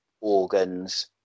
organs